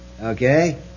Okay